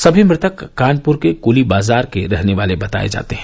सभी मृतक कानपुर के कुलीबाजार के रहने वाले बताए जाते हैं